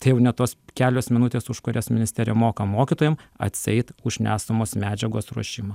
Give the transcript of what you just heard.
tai jau ne tos kelios minutės už kurias ministerija moka mokytojam atseit už nesamos medžiagos ruošimą